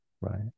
right